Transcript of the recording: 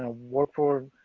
ah work for,